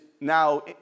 now